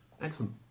excellent